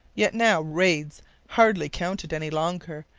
yet now raids hardly counted any longer,